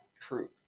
true